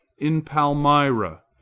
in palmyra,